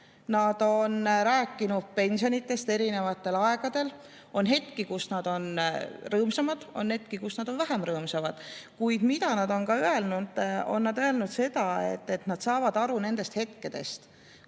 nad on rääkinud pensionidest erinevatel aegadel. On hetki, kus nad on rõõmsamad, on hetki, kus nad on vähem rõõmsad. Kuid nad on öelnud seda, et nad saavad aru nendest hetkedest,